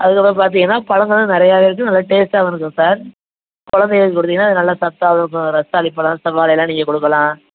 அதுக்கப்புறம் பார்த்தீங்கன்னா பழங்களும் நிறையாவே இருக்கும் நல்ல டேஸ்ட்டாகவும் இருக்கும் சார் கொழந்தைகளுக்குக் கொடுத்தீங்கன்னால் அது நல்ல சத்தாகவும் இருக்கும் ரஸ்தாளிப் பழம் செவ்வாழை எல்லாம் நீங்கள் கொடுக்கலாம்